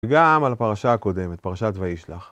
וגם על הפרשה הקודמת, פרשת וישלח.